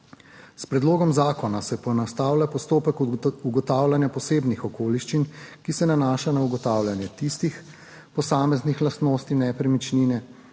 S predlogom zakona se poenostavlja postopek ugotavljanja posebnih okoliščin, ki se nanašajo na ugotavljanje tistih posameznih lastnosti nepremičnine,